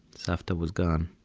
savta was gone